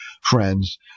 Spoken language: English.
friends